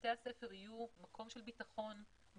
שבתי הספר יהיו מקום של ביטחון ומוגנות,